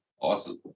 Awesome